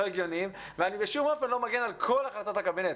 הגיוניים ואני בשום אופן לא מגן על כל החלטות הקבינט.